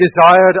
desired